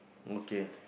okay